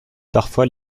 parfois